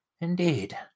Indeed